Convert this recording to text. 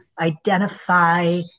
identify